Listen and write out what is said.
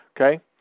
Okay